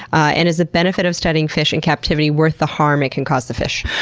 and is the benefit of studying fish in captivity worth the harm it can cause the fish?